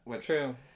True